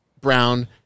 brown